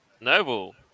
noble